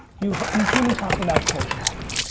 you you here me talking about culture hacking.